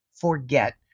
forget